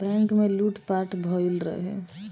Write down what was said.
bank में लूट पाट भईल रहे